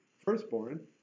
firstborn